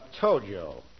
Tojo